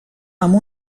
amb